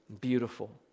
Beautiful